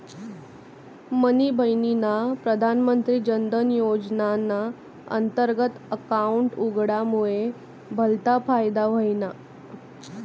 मनी बहिनना प्रधानमंत्री जनधन योजनाना अंतर्गत अकाउंट उघडामुये भलता फायदा व्हयना